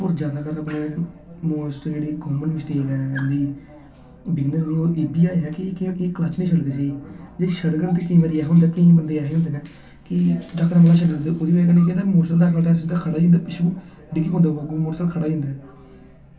ते ओह् जादैतर ओह् जेह्ड़ी कॉमन मिस्टेक ऐ एह्दी ते एह्बी ऐ कि एह् क्लच निं छडदे हे ते छड़ङन बी ते केईं बारी ऐसे होंदे न की यकदम छड्डी ओड़दे ओह्दी बजह कन्नै केह् होंदा कि मोटरसैकल खड़ा होई जंदा पिच्छुआं डिग्गी पौंदा कोई मोटरसैकल खड़ा होई जंदा